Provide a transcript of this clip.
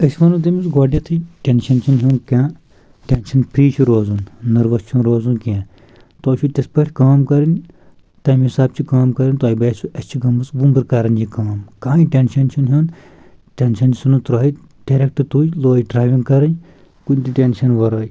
أسۍ وَنو تٔمِس گۄڈنؠتھٕے ٹؠنشَن چھُ نہٕ ہیٚون کینٛہہ ٹؠنشَن فری چھُ روزُن نٔروَس چھُ نہٕ روزُن کینٛہہ تۄہہِ چھُو تِتھ پٲٹھۍ کٲم کَرٕنۍ تمہِ حِساب چھِ کٲم کرٕنۍ تۄہہِ باسیو اَسہِ چھِ گٔمٕژ وُمبٕر کَران یہِ کٲم کٕہٕنۍ ٹؠنشَن چھُ نہٕ ہیٚون ٹؠنشَن چھُ ژھُنُن ترٛٲیِتھ ڈیٚریٚکٹہٕ تُج لٲج ڈرایوِنٛگ کرٕنۍ کُنہِ تہِ ٹؠنشَن ورٲے